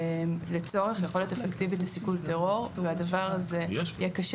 לצורך יכולת אפקטיבית לסיכול טרור ואת הדבר הזה יהיה קשה